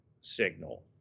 signal